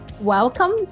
Welcome